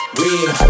real